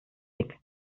dick